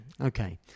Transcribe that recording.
Okay